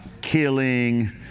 killing